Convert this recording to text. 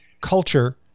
culture